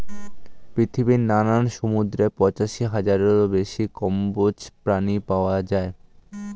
পৃথিবীর নানান সমুদ্রে পঁচাশি হাজারেরও বেশি কম্বোজ প্রাণী পাওয়া যায়